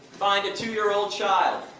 find a two year old child,